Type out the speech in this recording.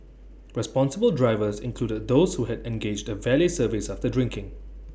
responsible drivers included those who had engaged A valet service after drinking